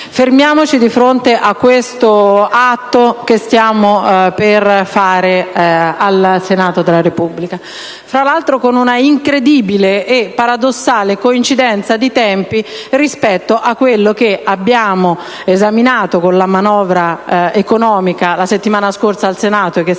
fermiamoci di fronte all'atto che stiamo per fare al Senato della Repubblica. Fra l'altro, con un'incredibile e paradossale coincidenza di tempi rispetto a ciò che abbiamo esaminato con la manovra economica la settimana scorsa al Senato e che